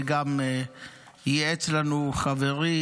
וגם ייעץ לנו חברי,